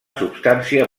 substància